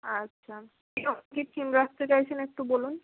আচ্ছা কী থিম রাখতে চাইছেন একটু বলুন